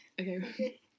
Okay